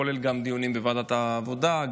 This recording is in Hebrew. כולל דיונים בוועדת העבודה,